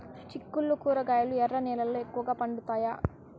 చిక్కుళ్లు కూరగాయలు ఎర్ర నేలల్లో ఎక్కువగా పండుతాయా